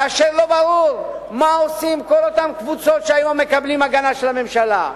כאשר לא ברור מה עושות כל אותן קבוצות שהיום מקבלות הגנה של הממשלה.